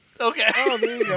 Okay